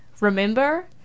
remember